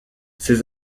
ses